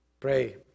Pray